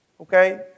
okay